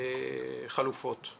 גם